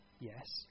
yes